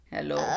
Hello